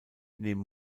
neben